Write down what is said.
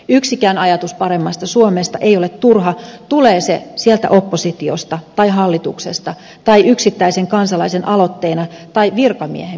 yksikään ajatus paremmasta suomesta ei ole turha tulee se sieltä oppositiosta tai hallituksesta tai yksittäisen kansalaisen aloitteena tai virkamiehen virkeänä ajatuksena